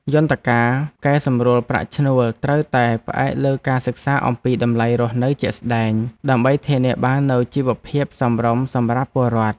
យន្តការកែសម្រួលប្រាក់ឈ្នួលត្រូវតែផ្អែកលើការសិក្សាអំពីតម្លៃរស់នៅជាក់ស្តែង ដើម្បីធានាបាននូវជីវភាពសមរម្យសម្រាប់ពលរដ្ឋ។